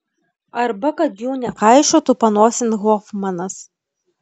arba kad jų nekaišiotų panosėn hofmanas